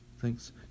Thanks